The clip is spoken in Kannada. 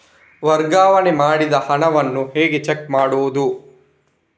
ವರ್ಗಾವಣೆ ಮಾಡಿದ ಹಣವನ್ನು ಹೇಗೆ ಚೆಕ್ ಮಾಡುವುದು?